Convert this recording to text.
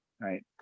right